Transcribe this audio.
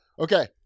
okay